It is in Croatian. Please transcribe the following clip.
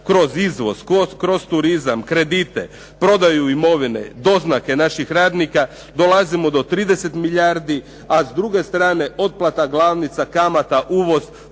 kroz izvoz, kroz turizam, kredite, prodaju imovine, doznake naših radnika dolazimo do 30 milijardi a s druge strane otplata glavnica, kamata, uvoz